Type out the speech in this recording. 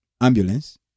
ambulance